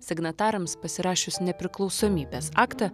signatarams pasirašius nepriklausomybės aktą